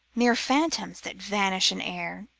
mere phantoms that vanish in air?